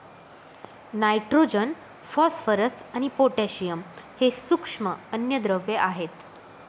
nitrogen, phosphorus आणि potassium हे सूक्ष्म अन्नद्रव्ये आहेत